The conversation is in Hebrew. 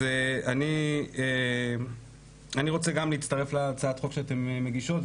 אז אני רוצה גם להצטרף להצעת החוק שאתן מגישות,